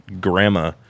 grandma